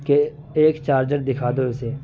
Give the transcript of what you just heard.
کہ ایک چارجر دکھا دو اسے